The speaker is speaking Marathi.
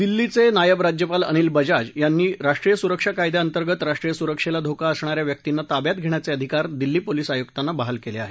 दिल्लीचे नायब राज्यपाल अनिल बजाज यांनी राष्ट्रीय सुरक्षा कायद्याअंतर्गत राष्ट्रीय सुरक्षेला धोका असणाऱ्या व्यक्तींना ताब्यात घेण्याचे अधिकार दिल्ली पोलीस आयुक्तांना बहाल केले आहेत